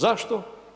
Zašto?